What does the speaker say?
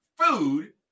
Food